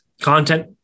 content